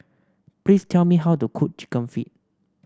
please tell me how to cook chicken feet